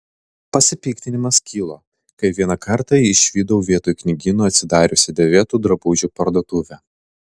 pasipiktinimas kilo kai vieną kartą išvydau vietoj knygyno atsidariusią dėvėtų drabužių parduotuvę